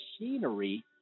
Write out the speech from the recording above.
machinery